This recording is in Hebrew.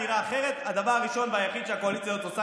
הדבר הראשון והיחיד שהקואליציה רוצה,